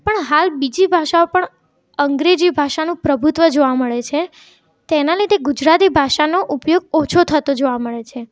પણ હાલ બીજી ભાષાઓ પણ અંગ્રેજી ભાષાનું પ્રભુત્વ જોવા મળે છે તેના લીધે ગુજરાતી ભાષાનો ઉપયોગ ઓછો થતો જોવા મળે છે